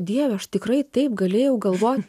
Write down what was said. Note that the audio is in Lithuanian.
dieve aš tikrai taip galėjau galvot